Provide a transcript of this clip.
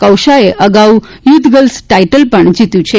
કૌશાએ અગાઉ youth girls title પણ જીત્યું છે